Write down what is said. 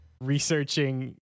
researching